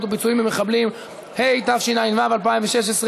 אתם לא מציעים.